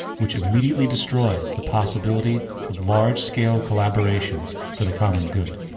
which immediately destroys the possibility of large scale collaborations for the common good.